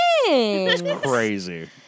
Crazy